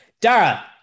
Dara